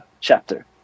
chapter